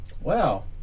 Wow